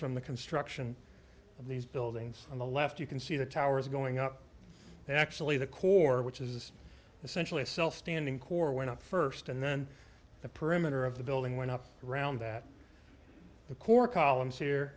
from the construction of these buildings on the left you can see the towers going up and actually the core which is essentially itself standing core went up first and then the perimeter of the building went up around that the core columns here